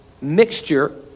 mixture